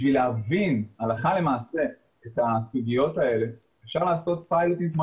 בשביל להבין הלכה למעשה את הסוגיות האלה אפשר לעשות פיילוטים כמו